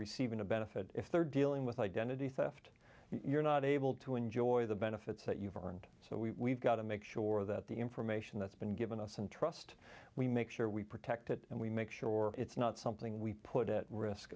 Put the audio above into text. receiving a benefit if they're dealing with identity theft you're not able to enjoy the benefits that you've earned so we got to make sure that the information that's been given us and trust we make sure we protect it and we make sure it's not something we put at risk